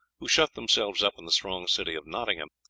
who shut themselves up in the strong city of nottingham,